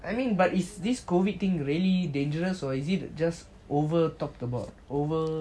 I mean but is this COVID thing really dangerous or is it just over talked about over